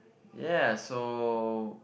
yes so